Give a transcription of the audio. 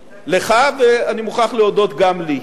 לך, ואני מוכרח להודות, גם לי.